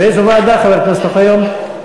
באיזו ועדה, חבר הכנסת אוחיון?